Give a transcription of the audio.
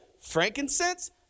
frankincense